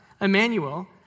Emmanuel